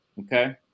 Okay